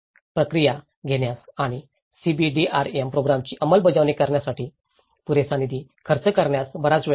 प्रक्रिया घेण्यास आणि सीबीडीआरएम प्रोग्रामची अंमलबजावणी करण्यासाठी पुरेसा निधी खर्च करण्यास बराच वेळ